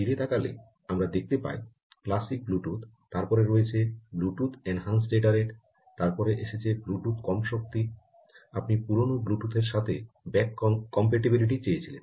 ফিরে তাকালে আমরা দেখতে পাই ক্লাসিক ব্লুটুথ তারপরে রয়েছে ব্লুটুথ এনহান্সড ডেটা রেট তারপরে এসেছে ব্লুটুথ কম শক্তি আপনি পুরানো ব্লুটুথের সাথে ব্যাক কম্প্যাটিবিলিটি চেয়েছিলেন